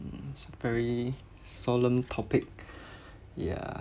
mm it's very solemn topic ya